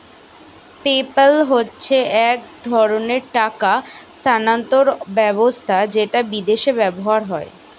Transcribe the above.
PayPal হচ্ছে এক ধরণের টাকা স্থানান্তর ব্যবস্থা যেটা বিদেশে ব্যবহার হয়